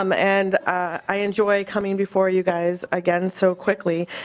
um and i enjoy coming before you guys again so quickly.